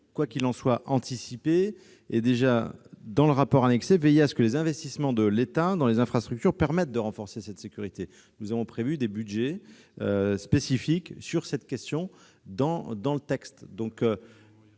Quoi qu'il en soit, nous avons anticipé et veillé, dans le rapport annexé, à ce que les investissements de l'État dans les infrastructures permettent de renforcer cette sécurité. Nous avons prévu des budgets spécifiques sur cette question dans le texte.